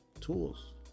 tools